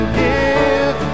give